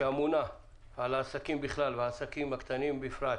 שאמונה על העסקים בכלל ועל העסקים הקטנים והבינונים בפרט,